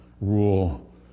rule